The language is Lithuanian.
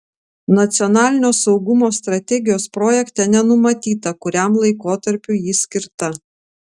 nacionalinio saugumo strategijos projekte nenumatyta kuriam laikotarpiui ji skirta